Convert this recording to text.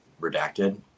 redacted